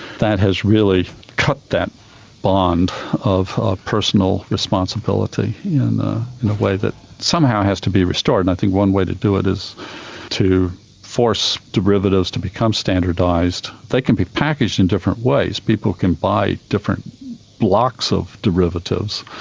that has really cut that bond of ah personal responsibility in a way that somehow has to be restored. and i think one way to do it is to force derivatives to become standardised. they can be packaged in different ways, people can buy different blocks of derivatives,